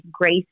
Grace